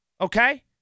Okay